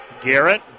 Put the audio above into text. Garrett